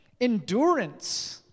endurance